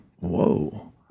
whoa